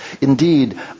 Indeed